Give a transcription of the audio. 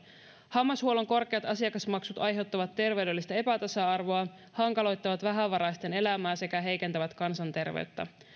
hammashuollon korkeat asiakasmaksut aiheuttavat terveydellistä epätasa arvoa hankaloittavat vähävaraisten elämää sekä heikentävät kansanterveyttä